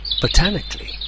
Botanically